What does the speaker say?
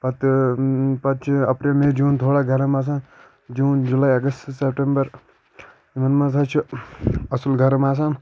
پتہٕ پتہ چھُ اپریل مے جوٗن تھوڑا گَرٕم آسان جوٗن جُلے اَگستہٕ سٮ۪پٹٮ۪مبَر یِمن منٛز حظ چھُ اصُل گَرٕم آسان